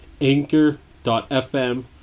anchor.fm